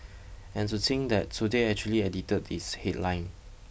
and to think that today actually edited its headline